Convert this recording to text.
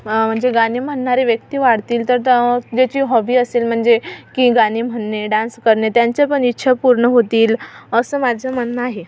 म्हणजे गाने म्हणणारे व्यक्ती वाढतील तर ज्याची हॉबी असेल म्हणजे की गाणे म्हणणे डॅन्स करणे त्यांच्या पण इच्छा पूर्ण होतील असं माझं म्हणणं आहे